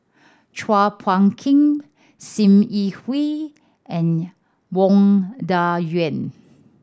Chua Phung Kim Sim Yi Hui and Wang Dayuan